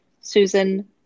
Susan